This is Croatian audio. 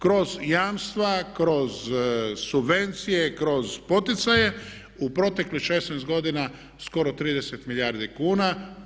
Kroz jamstva, kroz subvencije, kroz poticaje u proteklih 16 godina skoro 30 milijardi kuna.